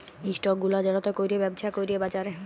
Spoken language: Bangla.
ইস্টক গুলা যেটতে ক্যইরে ব্যবছা ক্যরে বাজারে